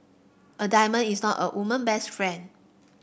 a diamond is not a woman best friend